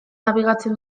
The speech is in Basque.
nabigatzen